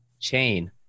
chain